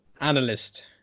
analyst